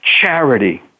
charity